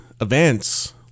events